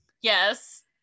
yes